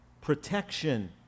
protection